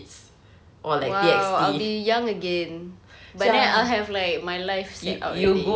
!wow! I'll be young again but then I'll have like my life set out already